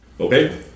Okay